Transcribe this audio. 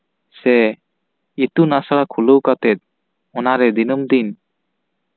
ᱥᱮ ᱤᱛᱩᱱ ᱟᱥᱲᱟ ᱠᱷᱩᱞᱟᱹᱣ ᱠᱟᱛᱮᱜ ᱚᱱᱟᱨᱮ ᱫᱤᱱᱟᱹᱢ ᱫᱤᱱ